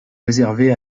réservées